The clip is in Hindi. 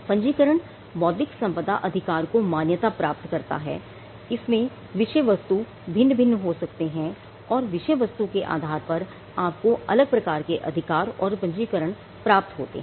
पंजीकरण बौद्धिक संपदा अधिकार को मान्यता प्रदान करता है इसमें विषय वस्तु भिन्न भिन्न हो सकते हैं और विषय वस्तु के आधार पर आपको अलग प्रकार के अधिकार और पंजीकरण प्राप्त होते हैं